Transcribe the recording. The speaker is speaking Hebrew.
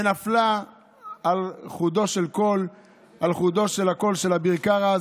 ונפלה על חודו של הקול של אביר קארה.